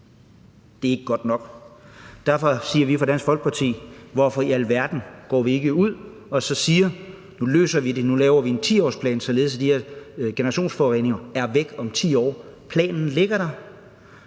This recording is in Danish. Det er ikke godt nok. Derfor siger vi fra Dansk Folkepartis side: Hvorfor i alverden går vi ikke ud og siger, at nu løser vi det, og nu laver vi en 10-årsplan, således at de her generationsforureninger er væk om 10 år? Planen ligger der.